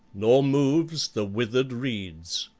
nor moves the withered reeds.